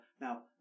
now